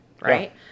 right